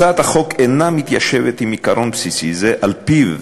הצעת החוק אינה מתיישבת עם עיקרון בסיסי זה שעל-פיו